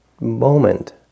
moment